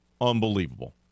Unbelievable